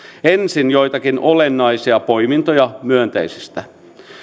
ensin joitakin olennaisia poimintoja myönteisistä